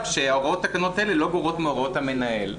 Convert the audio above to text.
שהוראות תקנות אלה לא גורעות מהוראות המנהל.